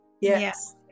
Yes